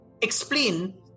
explain